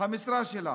המשרה שלה.